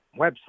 website